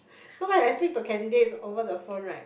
so when I speak to candidates over the phone right